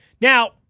Now